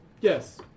Yes